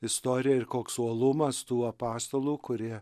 istoriją ir koks uolumas tų apaštalų kurie